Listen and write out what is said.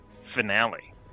finale